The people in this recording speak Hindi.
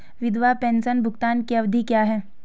विधवा पेंशन भुगतान की अवधि क्या है?